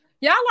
Y'all